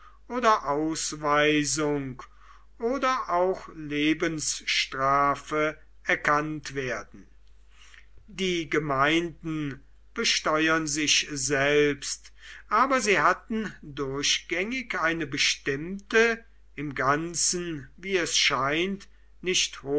oder ausweisung oder auch lebensstrafe erkannt werden die gemeinden besteuern sich selbst aber sie hatten durchgängig eine bestimmte im ganzen wie es scheint nicht